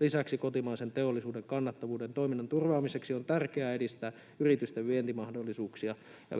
Lisäksi kotimaisen teollisuuden kannattavuuden toiminnan turvaamiseksi on tärkeää edistää yritysten vientimahdollisuuksia ja